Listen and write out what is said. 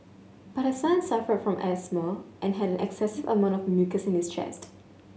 but her son suffered from asthma and had an excessive amount of mucus in his chest